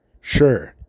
Sure